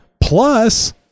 Plus